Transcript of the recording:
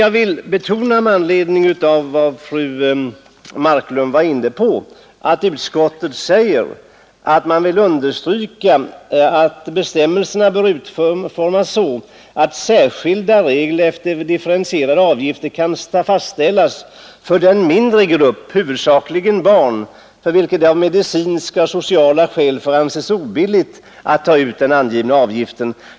Jag vill dock betona med anledning av vad fru Marklund var inne på, att utskottet säger att utskottet vill understryka att bestämmelserna utformas så att ”särskilda regler efter differentierade avgifter kan fastställas för den mindre grupp — huvudsakligen barn — för vilka det av medicinska och sociala skäl får anses obilligt att ta ut den angivna avgiften”.